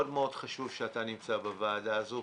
מאוד מאוד חשוב שאתה נמצא בוועדה הזו.